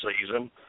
season